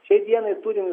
šiai dienai turime